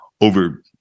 over